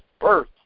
birth